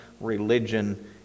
religion